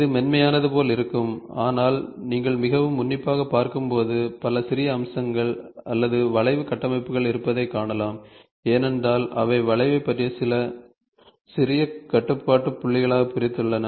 இது மென்மையானது போல் இருக்கும் ஆனால் நீங்கள் மிகவும் உன்னிப்பாகப் பார்க்கும்போது பல சிறிய அம்சங்கள் அல்லது வளைவு கட்டமைப்புகள் இருப்பதைக் காணலாம் ஏனென்றால் அவை வளைவை பல சிறிய கட்டுப்பாட்டு புள்ளிகளாக பிரித்துள்ளன